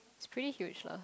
spirit culture